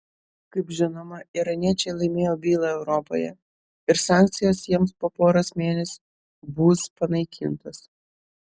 kaip žinoma iraniečiai laimėjo bylą europoje ir sankcijos jiems po poros mėnesių bus panaikintos